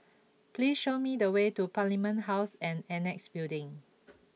please show me the way to Parliament House and Annexe Building